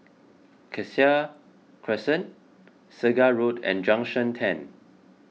Cassia Crescent Segar Road and Junction ten